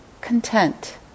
content